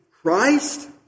Christ